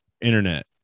internet